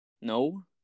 No